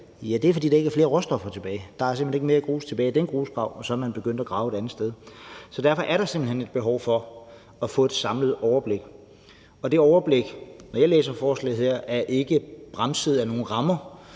Ja, det er, fordi der ikke er flere råstoffer tilbage. Der er simpelt hen ikke mere grus tilbage i den grusgrav, og så er man begyndt at grave et andet sted. Så derfor er der simpelt hen et behov for at få et samlet overblik. Når jeg læser forslaget her, er det overblik ikke begrænset af nogen rammer,